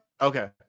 okay